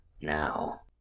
now